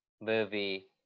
movie